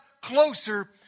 closer